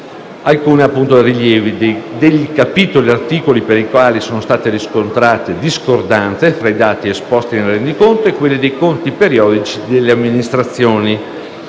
entrate, dei capitoli e articoli per i quali sono riscontrate discordanze fra i dati esposti nel rendiconto e quelli dei conti periodici delle amministrazioni;